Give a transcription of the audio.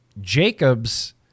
Jacob's